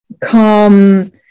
calm